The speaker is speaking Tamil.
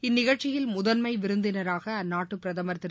இந்நிகழ்ச்சியில் முதன்மை விருந்தினராக அந்நாட்டுப் பிரதமர் திரு